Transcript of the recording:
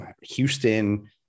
Houston